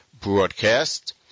broadcast